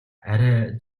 арай